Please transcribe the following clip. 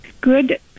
Good